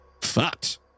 fucked